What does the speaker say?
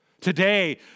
Today